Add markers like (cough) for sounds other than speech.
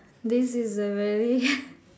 this is a very (breath)